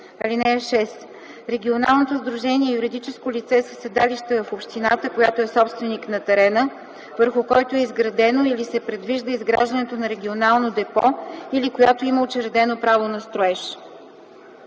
(6) Регионалното сдружение е юридическо лице със седалище в общината, която е собственик на терена, върху който е изградено или се предвижда изграждането на регионално депо, или която има учредено право на строеж.